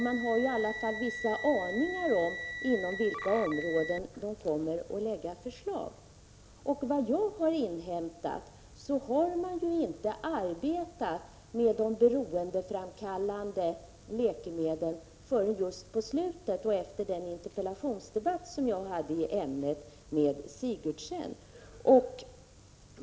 Man har ju då åtminstone vissa aningar om inom vilka områden utredningen kommer att lägga fram förslag. Enligt vad jag har inhämtat har utredningen inte arbetat med de beroendeframkallande läkemedlen förrän just på slutet, efter den interpellationsdebatt i ämnet som jag hade med Gertrud Sigurdsen.